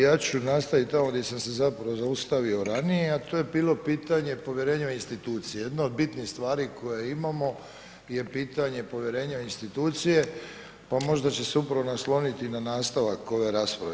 Ja ću nastaviti tamo gdje sam se zapravo zaustavio ranije a to je bilo pitanje povjerenja u institucije, jedno od bitnih stvari koje imamo je pitanje povjerenja institucije pa možda će se upravo nasloniti na nastavak ove rasprave.